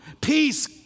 peace